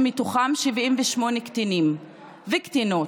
שמתוכם 78 קטינים וקטינות,